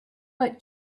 but